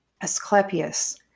Asclepius